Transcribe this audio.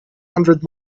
hundred